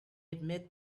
admit